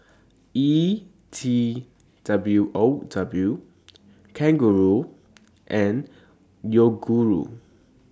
E T W O W Kangaroo and Yoguru